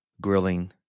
grilling